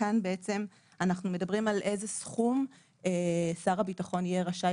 כאן אנחנו מדברים על איזה סכום שר הביטחון יהיה רשאי